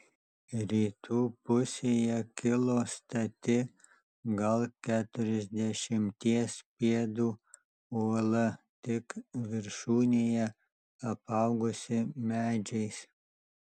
rytų pusėje kilo stati gal keturiasdešimties pėdų uola tik viršūnėje apaugusi medžiais